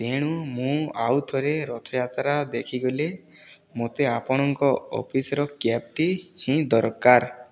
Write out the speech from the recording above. ତେଣୁ ମୁଁ ଆଉ ଥରେ ରଥଯାତ୍ରା ଦେଖିଗଲେ ମୋତେ ଆପଣଙ୍କ ଅଫିସ୍ର କ୍ୟାବ୍ଟି ହିଁ ଦରକାର